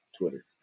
Twitter